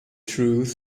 truth